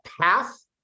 path